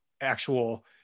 actual